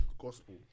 gospel